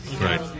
Right